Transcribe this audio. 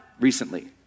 recently